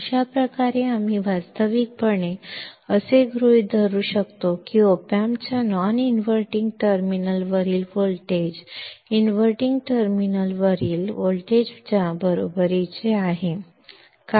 अशाप्रकारे आम्ही वास्तविकपणे असे गृहीत धरू शकतो की op amp च्या नॉन इनव्हर्टिंग टर्मिनलवरील व्होल्टेज इनव्हर्टिंग टर्मिनलवरील व्होल्टेजच्या बरोबरीचे आहे